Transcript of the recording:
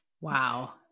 Wow